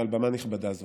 מעל במה נכבדה זו.